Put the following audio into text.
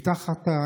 הבטחת,